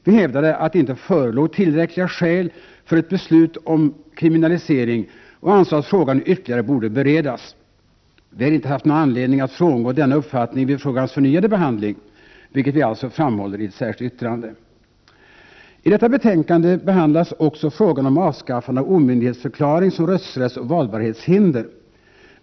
Vi hävdade att det inte förelåg tillräckliga skäl för ett beslut om kriminalisering och ansåg att frågan ytterligare borde beredas. Vi har inte haft någon anledning att frångå denna uppfattning vid frågans förnyade behandling, vilket vi alltså framhåller i ett särskilt yttrande. I detta betänkande behandlas också frågan om avskaffande av omyndighetsförklaring som rösträttsoch valbarhetshinder.